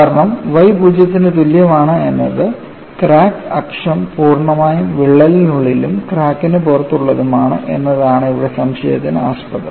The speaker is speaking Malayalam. കാരണം y 0 ന് തുല്യമാണെന്നത് ക്രാക്ക് അക്ഷം പൂർണ്ണമായും വിള്ളലിനുള്ളിലും ക്രാക്കിന് പുറത്തുള്ളതുമാണ് എന്നതാണ് ഇവിടെ സംശയത്തിന് ആസ്പദം